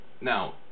now